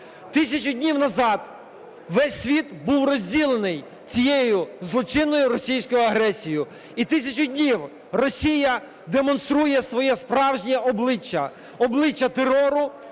Тисячу днів назад весь світ був розділений цією злочинною російською агресією і тисячу днів Росія демонструє своє справжнє обличчя – обличчя терору,